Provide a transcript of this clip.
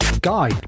Guy